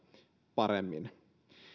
paremmin